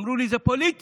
ואמרו לי: זה פוליטי,